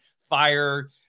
fire